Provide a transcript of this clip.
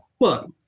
look